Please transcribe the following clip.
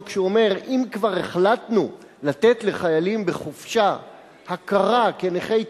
כשהוא אומר: אם כבר החלטנו לתת לחיילים בחופשה הכרה כנכי צה"ל,